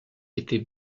était